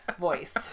voice